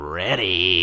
ready